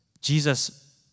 Jesus